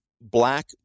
black